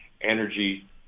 energy